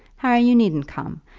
harry, you needn't come.